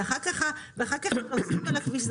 ואחר כך מחזירים אותו על הכביש.